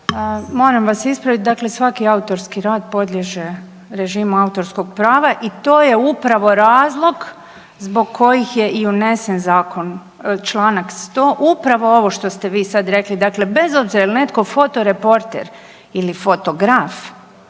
Moram vas ispraviti, dakle svaki autorski rad podliježe režimu autorskog prava i to je upravo razlog zbog kojih je i unesen zakon, članak 100 upravo ovo što ste vi sad rekli, dakle bez obzira je li netko fotoreporter ili fotograf